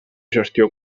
gestió